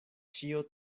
ĉio